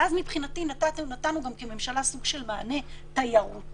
ואז מבחינתי נתנו כממשלה גם סוג של מענה תיירותי,